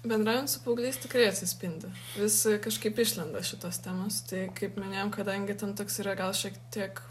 bendraujant su paaugliais tikrai atsispindi vis kažkaip išlenda šitos temos tai kaip minėjom kadangi ten toks yra gal šiek tiek